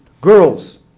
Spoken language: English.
girls